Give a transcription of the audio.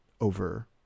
over